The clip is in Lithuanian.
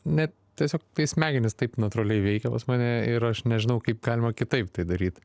net tiesiog tai smegenys taip natūraliai veikia pas mane ir aš nežinau kaip galima kitaip tai daryt